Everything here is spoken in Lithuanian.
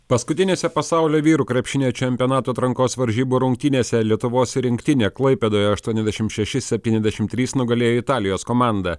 paskutinėse pasaulio vyrų krepšinio čempionato atrankos varžybų rungtynėse lietuvos rinktinė klaipėdoje aštuoniasdešimt šeši septyniasdešimt trys nugalėjo italijos komandą